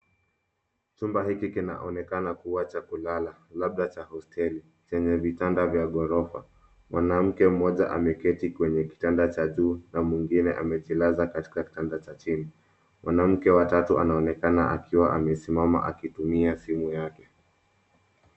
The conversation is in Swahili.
Chumba hiki kinaonekana kuwa cha kulala, labda cha hosteli chenye vitanda vya gorofa. Mwanamke mmoja ameketi kwenye kitanda cha juu na mwingine amejilaza katika kitanda cha chini. Mwanamke wa tatu anaonekana akiwa amesimama, akitumia simu yake.